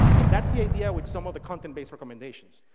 and that's the idea with some of the content-based recommendations.